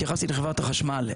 התייחסתי לחברת החשמל,